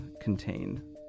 contain